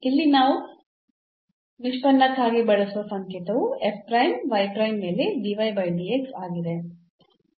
ಇಲ್ಲಿ ನಾವು ವ್ಯುತ್ಪನ್ನಕ್ಕಾಗಿ ಬಳಸುವ ಸಂಕೇತವು f ಪ್ರೈಮ್ y ಪ್ರೈಮ್ ಮೇಲೆ ಆಗಿದೆ